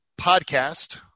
podcast